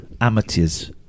Amateurs